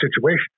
situation